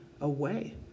away